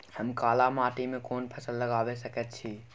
हम काला माटी में कोन फसल लगाबै सकेत छी?